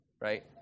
right